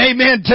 Amen